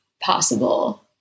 possible